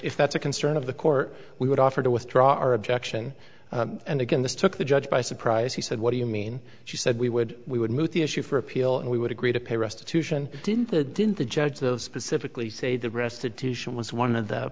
if that's a concern of the court we would offer to withdraw our objection and again this took the judge by surprise he said what do you mean she said we would we would move the issue for appeal and we would agree to pay restitution didn't the didn't the judge of specifically say that restitution was one of the